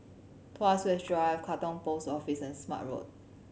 Tuas West Drive Katong Post Office and Smart Road